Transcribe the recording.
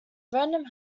random